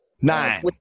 Nine